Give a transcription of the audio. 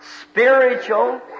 Spiritual